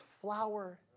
flower